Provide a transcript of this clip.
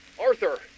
Arthur